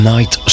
Night